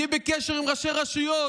אני בקשר גם עם ראשי רשויות